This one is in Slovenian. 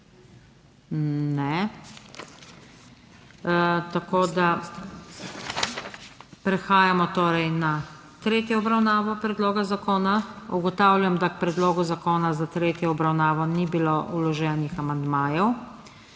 (Ne.) Tako, da prehajamo torej na tretjo obravnavo predloga zakona. Ugotavljam, da k predlogu zakona za tretjo obravnavo ni bilo vloženih amandmajev.